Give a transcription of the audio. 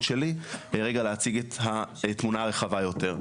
שלי רגע להציג את התמונה הרחבה יותר.